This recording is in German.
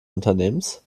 unternehmens